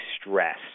stress